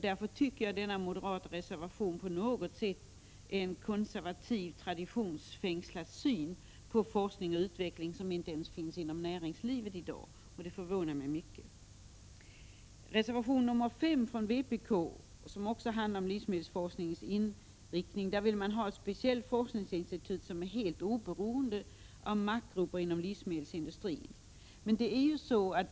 Därför tycker jag att den moderata reservationen på något sätt är ett exempel på en konservativ, traditionsfängslad syn på forskning och utveckling, en syn som inte ens finns inom näringslivet i dag. Jag är därför mycket förvånad. I reservation 5 från vpk, som också handlar om livsmedelsforskningens inriktning, framförs önskemålet om ett speciellt och av maktgrupper inom livsmedelsindustrin helt oberoende forskningsinstitut.